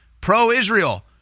Pro-Israel